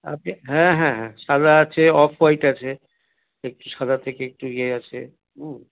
আজ্ঞে হ্যাঁ হ্যাঁ সাদা আছে অফ হোয়াইট আছে একটু সাদা থেকে একটু ইয়ে আছে হুম